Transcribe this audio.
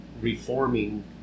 reforming